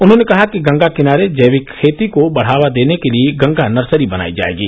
उन्होंने कहा कि गंगा किनारे जैविक खेती को बढ़ावा देने के लिए गंगा नर्सरी बनाई जाएंगी